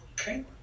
Okay